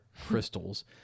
crystals